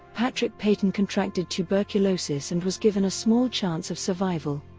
patrick peyton contracted tuberculosis and was given a small chance of survival.